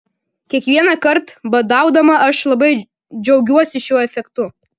kiekvienąkart badaudama aš labai džiaugiuosi šiuo efektu